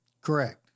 Correct